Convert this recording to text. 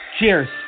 Cheers